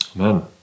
Amen